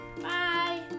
bye